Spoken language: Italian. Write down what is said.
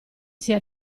sia